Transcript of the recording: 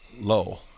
low